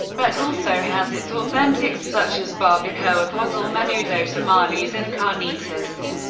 but also has its authentics, such as barbacoa, pozole, menudo, tamales, and carnitas.